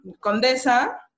Condesa